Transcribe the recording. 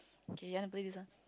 okay you want to play this one